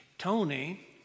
Tony